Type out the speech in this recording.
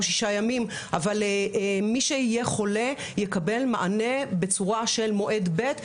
שישה ימים אבל מי שיהיה חולה יקבל מענה בצורה של מועד ב'.